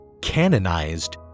canonized